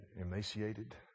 emaciated